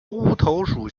乌头属